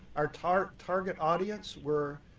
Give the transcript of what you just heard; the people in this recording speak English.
our target target audience were